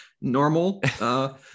normal